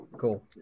cool